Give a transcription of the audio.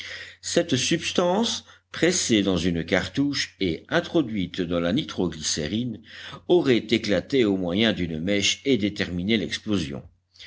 cette substance pressée dans une cartouche et introduite dans la nitro glycérine aurait éclaté au moyen d'une mèche et déterminé l'explosion